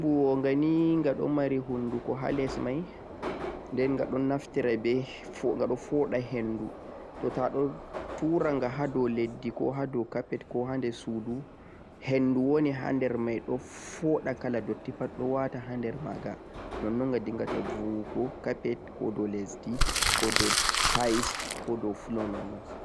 mashin mo ghani ghada don mari hundughon haa less mei dn ghadon naftire be ghada fooda henduu toh ghadon turanga haa doo leddi ko haa doo capet ko haa doo suudu hendu wooni haander mei don fooda kala doo pad waata hander ma gha non-non ghadinghata buugho capet ko ghad tiels koh doo lesdi ko doo floow